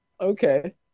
Okay